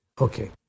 okay